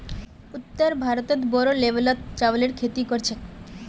उत्तर भारतत बोरो लेवलत चावलेर खेती कर छेक